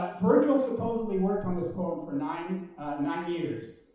virgil supposedly worked on this poem for nine nine years.